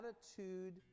attitude